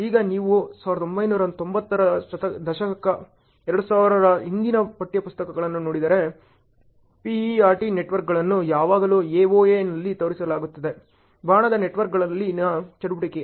ಈಗ ನೀವು 1990 ರ ದಶಕ 2000 ರ ಹಿಂದಿನ ಪಠ್ಯಪುಸ್ತಕಗಳನ್ನು ನೋಡಿದರೆ PERTpert ನೆಟ್ವರ್ಕ್ಗಳನ್ನು ಯಾವಾಗಲೂ AoA ನಲ್ಲಿ ತೋರಿಸಲಾಗುತ್ತದೆ ಬಾಣದ ನೆಟ್ವರ್ಕ್ಗಳಲ್ಲಿನ ಚಟುವಟಿಕೆ